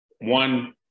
one